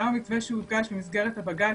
גם המתווה שהוגש במסגרת הבג"ץ,